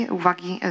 uwagi